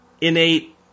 innate